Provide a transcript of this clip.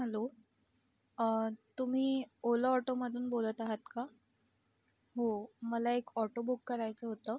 hello तुम्ही ओला ऑटोमधून बोलत आहात का हो मला एक ऑटो बुक करायचं होतं